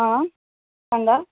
आ सांगा